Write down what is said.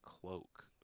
cloak